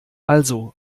also